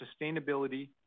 sustainability